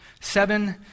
seven